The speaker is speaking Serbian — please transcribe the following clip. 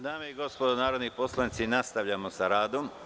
Dame i gospodo narodni poslanici nastavljamo sa radom.